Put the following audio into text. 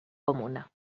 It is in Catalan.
comuna